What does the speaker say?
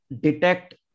detect